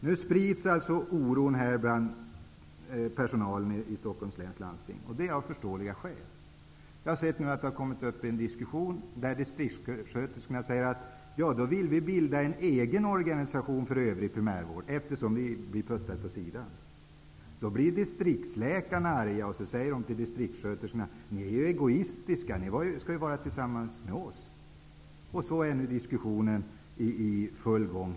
Nu sprids alltså oron bland personalen i Stockholms läns landsting -- av förståeliga skäl. Det har uppstått en diskussion. Distriktssköterskorna säger: Vi vill bilda en egen organisation för övrig primärvård, eftersom vi blir ställda åt sidan. Då blir distriktsläkarna arga och säger till distriktssköterskorna: Ni är egoistiska. Ni skall ju vara tillsammans med oss. Så är nu diskussionen i full gång.